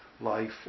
life